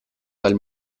dal